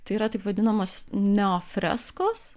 tai yra taip vadinamos neofreskos